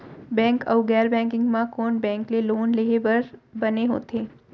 Bank अऊ गैर banking म कोन बैंक ले लोन लेहे बर बने होथे?